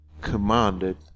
commanded